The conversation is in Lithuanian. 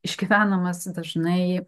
išgyvenamas dažnai